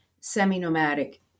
semi-nomadic